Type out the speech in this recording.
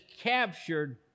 captured